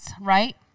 right